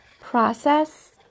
process